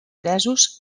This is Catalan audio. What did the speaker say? presos